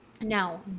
Now